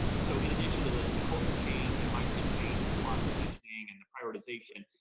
and so in addition to the the culture change and mindset change, the vlad was mentioning and the prioritization.